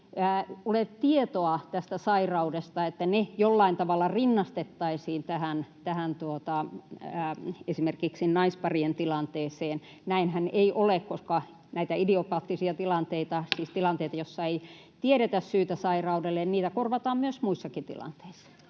ole tietoa tästä sairaudesta, jollain tavalla rinnastettaisiin esimerkiksi tähän naisparien tilanteeseen? Näinhän ei ole, koska näitä idiopaattisia tilanteita, siis tilanteita, joissa ei tiedetä syytä sairaudelle, korvataan myös muissakin tilanteissa.